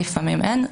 לפעמים אין,